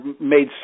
made